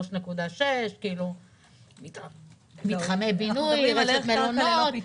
3.6, מתחמי בינוי, רשת מלונות.